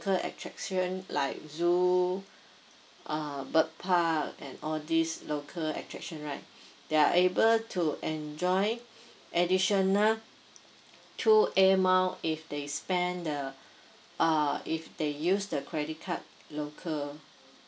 local attraction like zoo uh bird park and all these local attraction right they are able to enjoy additional two air mile if they spend the uh if they use the credit card local uh